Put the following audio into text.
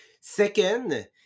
Second